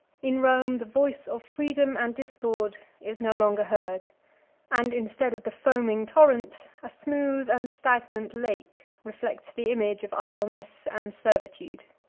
in rome the voice of freedom and discord is no longer heard and, instead of the foaming torrent, a smooth and stagnant lake reflects the image of idleness and servitude.